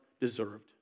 deserved